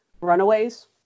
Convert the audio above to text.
Runaways